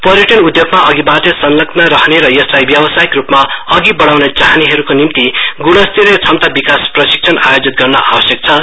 पर्यटन उद्योगमा अघिबाटै संलग्न रहने र यसलाई आवसयिक रूपमा अघि बडाउन चाहनेहरूका निम्ति ग्णस्तरीय क्षमता विकास प्रशिक्षण आयोजित गर्न आवश्यक छझ